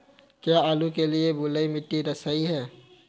क्या आलू के लिए बलुई मिट्टी सही है?